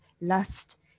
lust